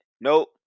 Nope